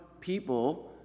people